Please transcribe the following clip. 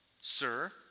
sir